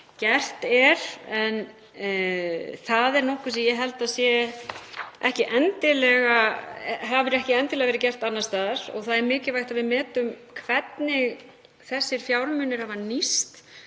gert er en þetta er nokkuð sem ég held að hafi ekki endilega verið gert annars staðar. Það er mikilvægt að við metum hvernig þessir fjármunir hafa nýst.